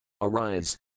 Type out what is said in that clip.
Arise